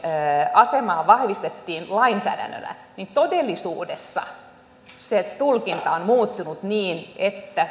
asemaa vahvistettiin lainsäädännöllä todellisuudessa se tulkinta on muuttunut niin että